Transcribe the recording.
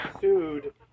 sued